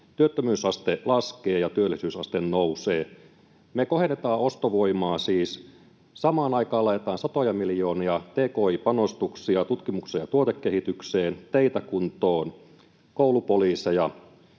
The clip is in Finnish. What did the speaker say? työttömyysaste laskee, ja työllisyysaste nousee. Me kohennetaan ostovoimaa siis. Samaan aikaan laitetaan satoja miljoonia tki-panostuksia tutkimukseen ja tuotekehitykseen, teitä kuntoon, koulupoliiseja.